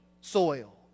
soil